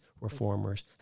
reformers